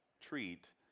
treat